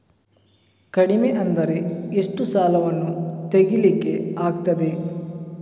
ಕಡಿಮೆ ಅಂದರೆ ಎಷ್ಟು ಸಾಲವನ್ನು ತೆಗಿಲಿಕ್ಕೆ ಆಗ್ತದೆ?